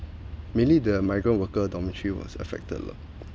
mainly the migrant worker dormitory was affected